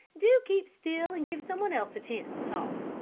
do keep still and give some one else a chance to talk,